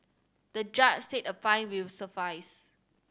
the judge said a fine will suffice